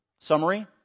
Summary